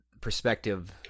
perspective